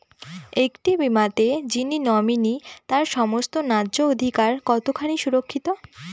একটি বীমাতে যিনি নমিনি তার সমস্ত ন্যায্য অধিকার কতখানি সুরক্ষিত?